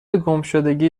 گمشدگی